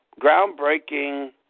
groundbreaking